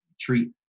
treat